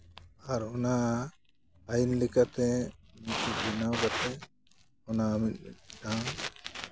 ᱟᱨ ᱚᱱᱟ ᱯᱷᱟᱭᱤᱞ ᱞᱮᱠᱟᱛᱮ ᱵᱮᱱᱟᱣ ᱠᱟᱛᱮᱫ ᱚᱱᱟ ᱢᱤᱢᱤᱫᱴᱟᱱ